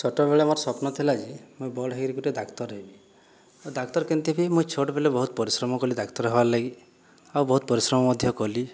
ଛୋଟବେଳେ ମୋର ସ୍ୱପ୍ନ ଥିଲା ଯେ ମୁଇଁ ବଡ଼ ହେଇକିି ଗୁଟେ ଡାକ୍ତର ହେବି ଡାକ୍ତର କେନ୍ତି ହେବି ମୁଇଁ ଛୋଟ୍ ବେଲେ ବହୁତ ପରିଶ୍ରମ କଲି ଡାକ୍ତର ହେବାର୍ ଲାଗି ଆଉ ବହୁତ ପରିଶ୍ରମ ମଧ୍ୟ କଲି